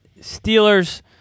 Steelers